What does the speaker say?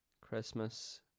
christmas